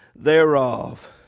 Thereof